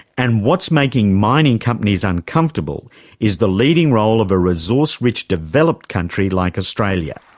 and what's making mining companies uncomfortable is the leading role of a resource-rich developed country like australia.